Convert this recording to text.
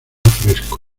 fresco